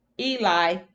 Eli